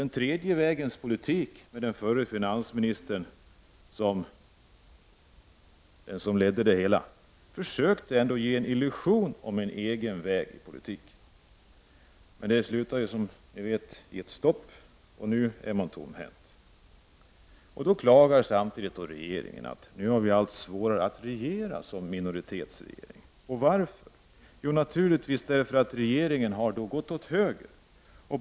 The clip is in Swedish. Den tredje vägens politik med den förre finansministern som ledare innebar ändå att man försökte ge en illusion av en egen väg i politiken. Det hela slutade som bekant med ett stopp. Nu är man tomhänt. Då klagar regeringen över att det är allt svårare att regera som minoritetsregering. Varför? Jo, naturligtvis därför att regeringen har gått åt höger.